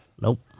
Nope